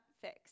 fix